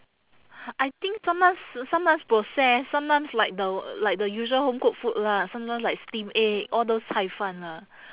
I think sometimes sometimes processed sometimes like the like the usual home cooked food lah sometimes like steam egg all those cai fan lah